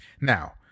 Now